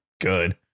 good